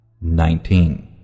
Nineteen